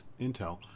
Intel